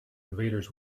invaders